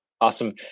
Awesome